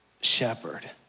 shepherd